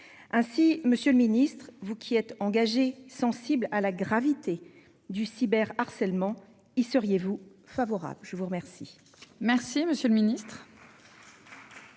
Ainsi, Monsieur le Ministre, vous qui êtes engagés sensible à la gravité du cyber harcèlement y seriez-vous favorable, je vous remercie.